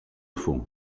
fond